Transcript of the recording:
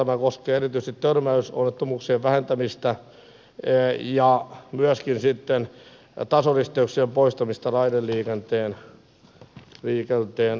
tämä koskee erityisesti törmäysonnettomuuksien vähentämistä ja myöskin sitten tasoristeyksien poistamista raideliikenteen osalta